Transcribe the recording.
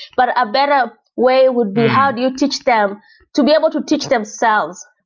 but a better way would be how do you teach them to be able to teach themselves.